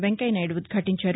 వెంకయ్యనాయుడు ఉద్భాటించారు